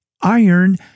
iron